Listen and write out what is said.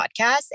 podcast